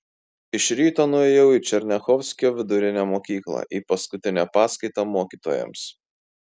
iš ryto nuėjau į černiachovskio vidurinę mokyklą į paskutinę paskaitą mokytojams